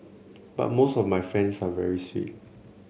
but most of my fans are very sweet